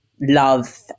love